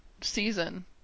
season